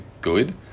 good